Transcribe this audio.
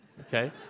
okay